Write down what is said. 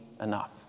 enough